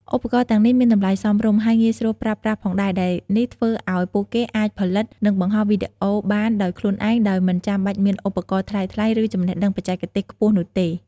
ឧបករណ៍ទាំងនេះមានតម្លៃសមរម្យ ហើយងាយស្រួលប្រើប្រាស់ផងដែរ ដែលនេះធ្វើឲ្យពួកគេអាចផលិត និងបង្ហោះវីដេអូបានដោយខ្លួនឯង ដោយមិនចាំបាច់មានឧបករណ៍ថ្លៃៗ ឬចំណេះដឹងបច្ចេកទេសខ្ពស់នោះទេ។